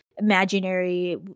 imaginary